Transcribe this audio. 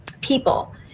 people